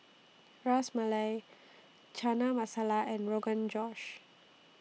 Ras Malai Chana Masala and Rogan Josh